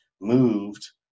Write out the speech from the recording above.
moved